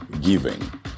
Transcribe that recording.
giving